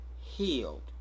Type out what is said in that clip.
healed